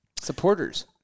Supporters